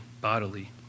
bodily